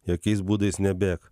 jokiais būdais nebėk